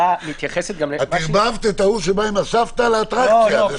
את עירבת את ההוא שבא עם סבתא לאטרקציה.